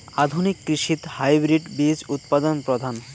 আধুনিক কৃষিত হাইব্রিড বীজ উৎপাদন প্রধান